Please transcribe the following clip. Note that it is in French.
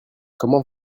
comment